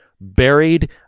buried